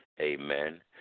Amen